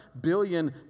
billion